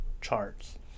charts